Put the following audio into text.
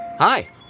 Hi